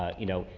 ah you know,